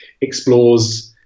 explores